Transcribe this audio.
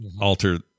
alter